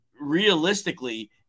realistically